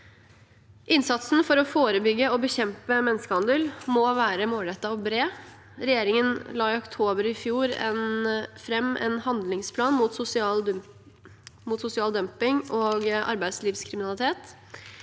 Innsatsen for å forebygge og bekjempe menneskehandel må være målrettet og bred. Regjeringen la i oktober i fjor fram en handlingsplan mot sosial dumping og arbeidslivskriminalitet.